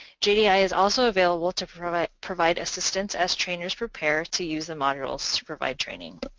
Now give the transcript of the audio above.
jdi ah is also available to provide provide assistance as trainers prepare to use the modules to provide training.